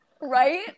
Right